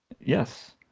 Yes